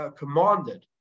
commanded